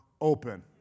open